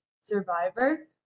Survivor